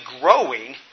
growing